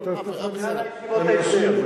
אני אשלים.